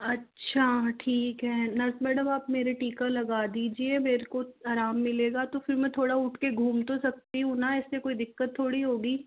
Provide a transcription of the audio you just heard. अच्छा ठीक है नर्स मैडम आप मेरे टीका लगा दीजिये मेरे को आराम मिलेगा तो फिर मैं थोड़ा उठके घूम तो सकती हूँ न इससे कोई दिक्कत थोड़ी होगी